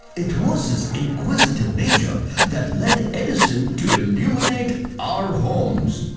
it was his inquisitive nature that led edison to illuminate our homes.